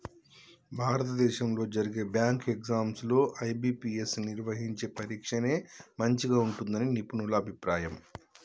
భారతదేశంలో జరిగే bank exams లో ఐ.బీ.పీ.ఎస్ నిర్వహించే పరీక్షనే మంచిగా ఉంటుందని నిపుణుల అభిప్రాయం